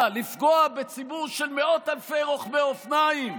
מה, לפגוע בציבור של מאות אלפי רוכבי אופניים?